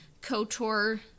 KOTOR